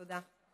תודה.